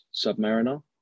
Submariner